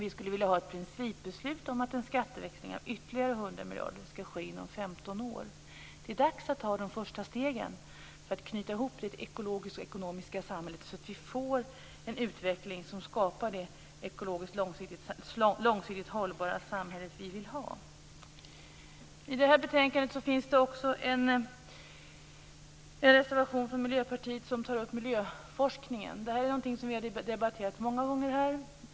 Vi skulle vilja ha ett principbeslut om att en skatteväxling av ytterligare 100 miljarder kronor skall ske inom 15 år. Det är dags att ta de första stegen för att knyta ihop det ekologiska och ekonomiska samhället, så att vi får en utveckling som skapar det ekologiskt långsiktigt hållbara samhälle som vi vill ha. I detta betänkande finns det också en reservation från Miljöpartiet i vilken miljöforskningen tas upp. Det är något som vi har debatterat många gånger här.